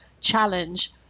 challenge